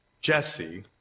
Jesse